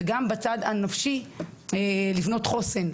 וגם בצד הנפשי לבנות חוסן,